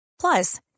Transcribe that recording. Plus